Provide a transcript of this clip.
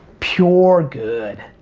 pure good,